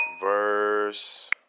verse